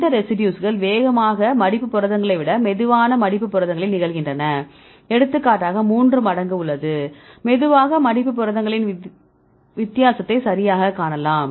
இந்த ரெசிடியூஸ்கள் வேகமாக மடிப்பு புரதங்களை விட மெதுவான மடிப்பு புரதங்களில் நிகழ்கின்றன எடுத்துக்காட்டாக 3 மடங்கு உள்ளது மெதுவாக மடிப்பு புரதங்களின் வித்தியாசத்தை சரியாகக் காணலாம்